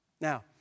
Now